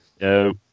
No